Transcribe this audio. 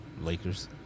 Lakers